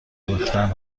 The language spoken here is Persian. ریختن